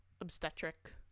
obstetric